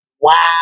Wow